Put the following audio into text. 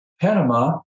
Panama